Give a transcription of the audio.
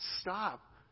Stop